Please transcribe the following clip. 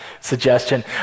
suggestion